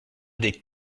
des